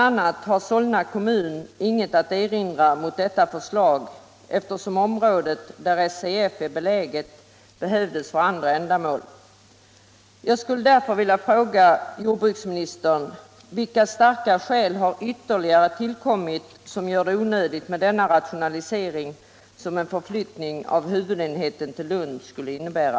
a. har Solna kommun ingenting att erinra mot detta förslag, eftersom området där SCF är beläget behövs för andra ändamål. Jag skulle därför vilja fråga jordbruksministern vilka starka skäl som ytterligare har tillkommit som gör det onödigt med den rationalisering som en förflyttning av huvudenheten till Lund skulle innebära.